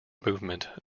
movement